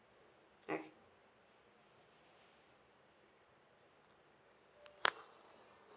ah